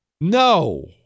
No